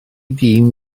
dyn